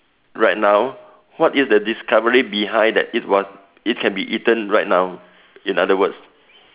right now what is the discovery behind that it was it can be eaten right now in other words